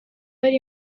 ari